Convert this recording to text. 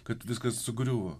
kad viskas sugriuvo